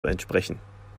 entsprechen